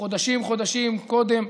חודשים-חודשים קודם,